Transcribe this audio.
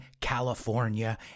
California